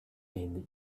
mean